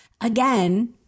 again